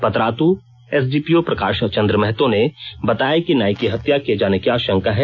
Patratu SDPO Prakash Chandra Mahato ने बताया कि नाई की हत्या किये जाने की आशंका है